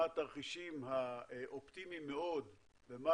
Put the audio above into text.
מה התרחישים האופטימיים מאוד ומה